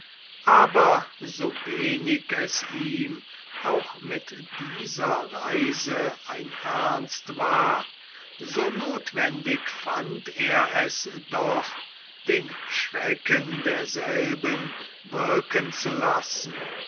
aber so wenig es ihm auch mit dieser reise ein ernst war so nothwendig fand er es doch den schrecken derselben wirken zu lassen